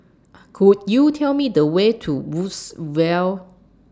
Could YOU Tell Me The Way to Woodsville